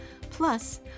plus